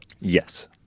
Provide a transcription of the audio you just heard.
Yes